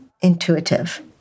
intuitive